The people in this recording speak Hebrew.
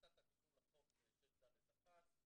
עשתה את התיקון לחוק 6 ד' (1)